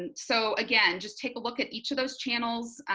and so again just take a look at each of those channels,